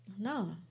no